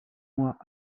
mois